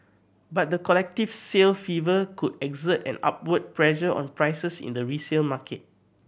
but the collective sale fever could exert an upward pressure on prices in the resale market